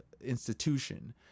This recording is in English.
institution